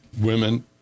women